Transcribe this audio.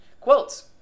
Quotes